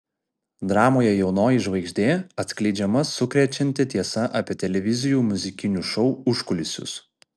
dramoje jaunoji žvaigždė atskleidžiama sukrečianti tiesa apie televizijų muzikinių šou užkulisius